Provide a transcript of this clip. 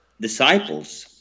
disciples